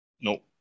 No